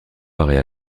paraît